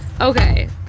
Okay